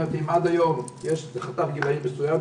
אם עד היום יש חתך גילאים מסוים,